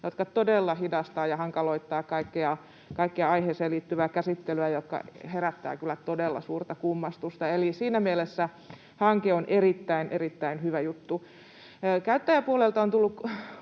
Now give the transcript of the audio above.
mikä todella hidastaa ja hankaloittaa kaikkea aiheeseen liittyvää käsittelyä, ja se herättää kyllä todella suurta kummastusta. Eli siinä mielessä hanke on erittäin, erittäin hyvä juttu. Käyttäjäpuolelta on tullut